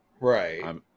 Right